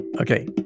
Okay